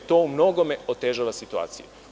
To u mnogome otežava situaciju.